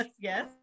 Yes